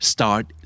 Start